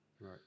Right